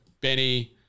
Benny